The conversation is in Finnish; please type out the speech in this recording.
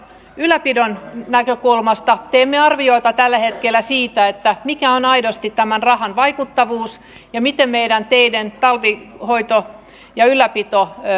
ylläpidon näkökulmasta teemme arviota tällä hetkellä siitä mikä on aidosti tämän rahan vaikuttavuus ja miten meidän teiden talvihoito ja ylläpito